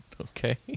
Okay